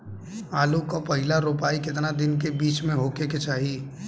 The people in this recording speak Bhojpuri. आलू क पहिला रोपाई केतना दिन के बिच में होखे के चाही?